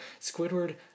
Squidward